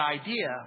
idea